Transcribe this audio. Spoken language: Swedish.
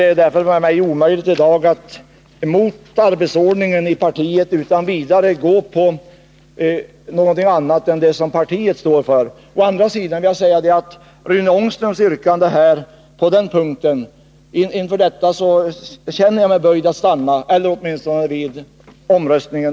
Det är därför omöjligt för mig att i dag mot arbetsordningen i partiet rösta på något annat än det som partiet står för. Å andra sidan gör Rune Ångströms yrkande att jag känner mig böjd för att avstå vid omröstningen.